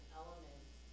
elements